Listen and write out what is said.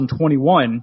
2021